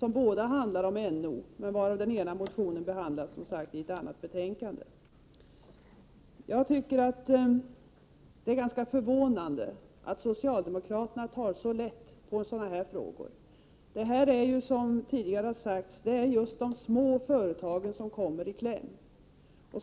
De handlar båda om NO, men den ena behandlas som sagt i ett annat betänkande. Det är ganska förvånande att socialdemokraterna tar så lätt på frågor av detta slag. Det är, som tidigare har sagts, de små företagen som kommer i kläm.